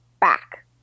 back